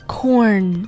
Corn